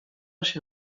się